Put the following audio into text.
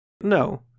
No